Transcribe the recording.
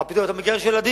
מה פתאום אתה מגרש ילדים?